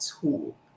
tool